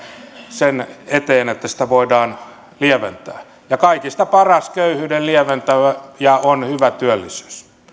sen eteen että sitä voidaan lieventää ja kaikista paras köyhyyden lieventäjä on hyvä työllisyys